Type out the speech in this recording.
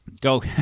go